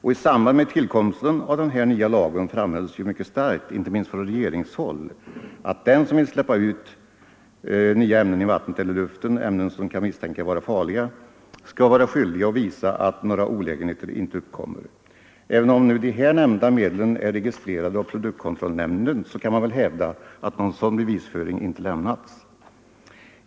I samband med tillkomsten av den nya lagen framhölls mycket starkt, inte minst från regeringshåll, att den som vill släppa ut nya ämnen i vattnet eller luften — ämnen som man 25 kan misstänka vara farliga — skall vara skyldig att visa, att några olägenheter inte uppkommer. Även om de här nämnda medlen är registrerade av produktkontrollnämnden kan man hävda att någon sådan bevisföring inte lämnats.